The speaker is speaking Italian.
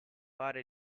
fare